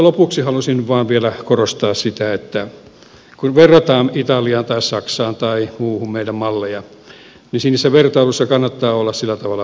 lopuksi haluaisin vielä korostaa sitä että kun verrataan meidän mallejamme italiaan tai saksaan tai muuhun niissä vertailuissa kannattaa olla sillä tavalla varovainen